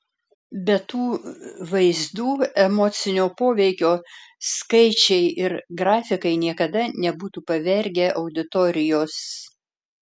be tų vaizdų emocinio poveikio skaičiai ir grafikai niekada nebūtų pavergę auditorijos